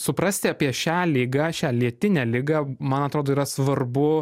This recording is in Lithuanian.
suprasti apie šią ligą šią lėtinę ligą man atrodo yra svarbu